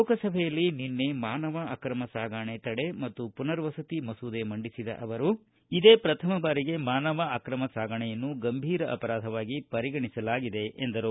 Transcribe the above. ಲೋಕಸಭೆಯಲ್ಲಿ ನಿನ್ನೆ ಮಾನವ ಅಕ್ರಮ ಸಾಗಾಣೆ ತಡೆ ಮತ್ತು ಪುನರ್ ವಸತಿ ಮಸೂದೆ ಮಂಡಿಸಿದ ಅವರು ಇದೇ ಪ್ರಥಮ ಬಾರಿಗೆ ಮಾನವ ಅಕ್ರಮ ಸಾಗಾಣಿಯನ್ನು ಗಂಭೀರ ಅಪರಾಧವಾಗಿ ಪರಿಗಣಿಸಲಾಗಿದೆ ಎಂದರು